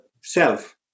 self